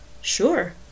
Sure